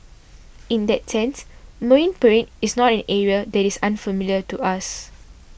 in that sense Marine Parade is not an area that is unfamiliar to us